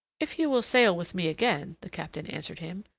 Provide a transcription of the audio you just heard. if you will sail with me again, the captain answered him,